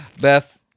Beth